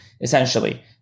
essentially